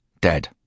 Dead